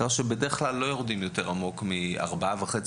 כך שבדרך כלל הם לא יורדים עם הילדים יותר עמוק מארבעה וחצי,